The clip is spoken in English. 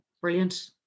Brilliant